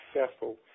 successful